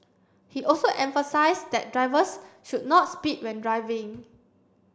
he also emphasised that drivers should not speed when driving